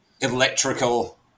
electrical